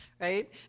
right